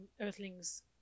Earthlings